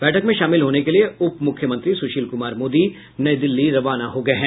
बैठक में शामिल होने के लिये उप मुख्यमंत्री सुशील कुमार मोदी नई दिल्ली रवाना हो गये हैं